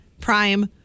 Prime